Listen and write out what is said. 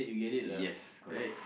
yes correct